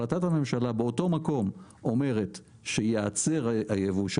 החלטת הממשלה באותו מקום אומרת שייעצר הייבוא של